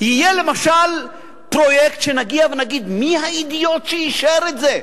יהיה למשל פרויקט שנגיע ונגיד: מי האידיוט שאישר את זה,